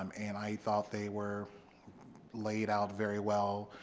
um and i thought they were laid out very well,